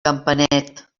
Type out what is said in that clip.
campanet